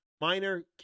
Minor